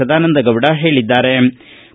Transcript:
ಸದಾನಂದಗೌಡ ಹೇಳಿದ್ಗಾರೆ